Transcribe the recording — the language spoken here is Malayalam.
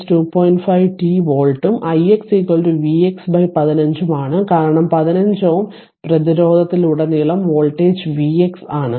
5 t വോൾട്ടും ix vx 15 ഉം ആണ് കാരണം 15 Ω പ്രതിരോധത്തിലുടനീളം വോൾട്ടേജ് vx ആണ്